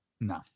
No